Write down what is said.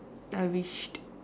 I wished